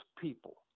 people